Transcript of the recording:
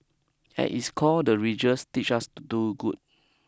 at its core the religious teaches us to do good